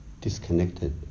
disconnected